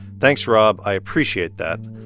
thanks, rob. i appreciate that.